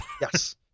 Yes